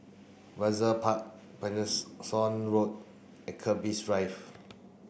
Brizay Park Road and Keris Drive